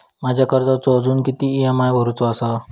माझ्या कर्जाचो अजून किती ई.एम.आय भरूचो असा?